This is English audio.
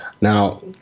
Now